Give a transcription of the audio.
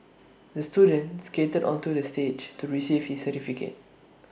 the student skated onto the stage to receive his certificate